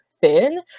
thin